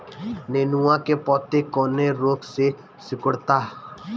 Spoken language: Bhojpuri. नेनुआ के पत्ते कौने रोग से सिकुड़ता?